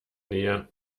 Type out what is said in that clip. nähe